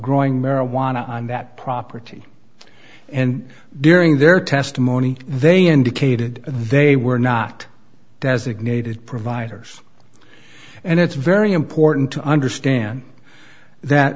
growing marijuana on that property and during their testimony they indicated they were not designated providers and it's very important to understand that